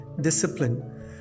discipline